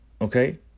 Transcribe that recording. okay